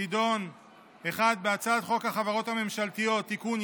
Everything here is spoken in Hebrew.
תדון בהצעת חוק החברות הממשלתיות (תיקון,